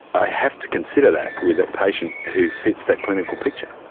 i have to consider that with a patient who fits that clinical picture.